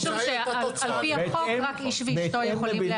משום שעל פי החוק רק איש ואשתו יכולים לאמץ.